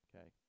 Okay